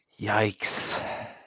Yikes